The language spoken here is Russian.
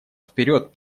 вперед